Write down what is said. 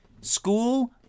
school